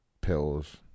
pills